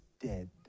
dead